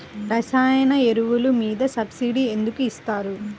రసాయన ఎరువులు మీద సబ్సిడీ ఎందుకు ఇస్తారు?